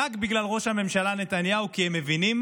ראש הממשלה נתניהו, כי הם מבינים